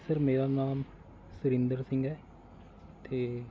sir ਮੇਰਾ ਨਾਮ ਸੁਰਿੰਦਰ ਸਿੰਘ ਹੈ ਅਤੇ